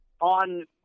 on